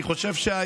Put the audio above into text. ממש לא,